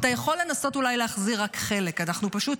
אתה יכול לנסות אולי להחזיר רק חלק, פשוט,